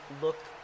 look